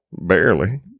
Barely